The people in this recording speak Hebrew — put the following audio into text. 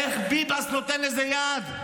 איך ביבס נותן לזה יד,